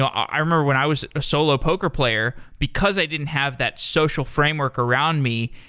ah i remember when i was a solo poker player, because i didn't have that social framework around me,